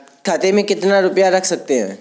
बचत खाते में कितना रुपया रख सकते हैं?